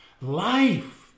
Life